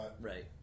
Right